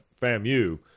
FAMU